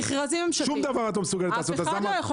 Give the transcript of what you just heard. שום דבר את לא מסוגלת לעשות.